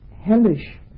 hellish